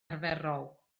arferol